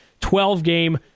12-game